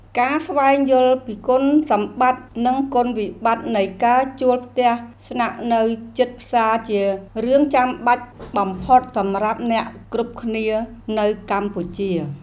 ការស្វែងយល់ពីគុណសម្បត្តិនិងគុណវិបត្តិនៃការជួលផ្ទះស្នាក់នៅជិតផ្សារជារឿងចាំបាច់បំផុតសម្រាប់អ្នកគ្រប់គ្នានៅកម្ពុជា។